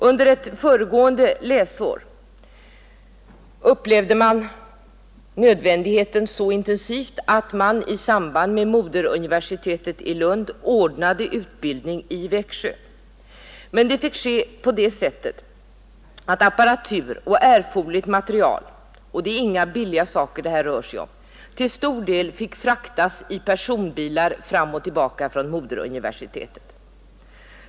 Under ett föregående läsår upplevde man dock nödvändigheten så intensivt att man i samarbete med moderuniversitetet i Lund ordnade en utbildning i Växjö. Men detta måste ske på det sättet att apparatur och erforderlig materiel — och det är inga billiga saker det rör sig om =— till stor del fick fraktas i personbilar från moderuniversitetet.